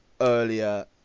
earlier